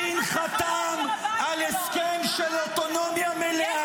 בגין חתם על הסכם של אוטונומיה מלאה